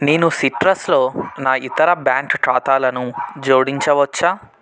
నేను సిట్రస్లో నా ఇతర బ్యాంక్ ఖాతాలను జోడించవచ్చా